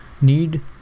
need